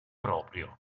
proprio